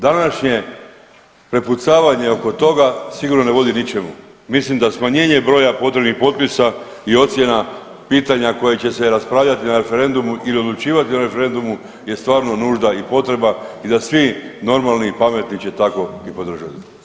Današnje prepucavanje oko toga sigurno ne vodi ničemu, mislim da smanjenje broja potrebnih potpisa i ocjena i pitanja koja će se raspravljati na referendumu ili odlučivati na referendumu je stvarno nužda i potreba i da svi normalni i pametni će tako i podržat.